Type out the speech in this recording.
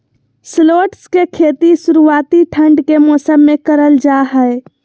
shallots के खेती शुरुआती ठंड के मौसम मे करल जा हय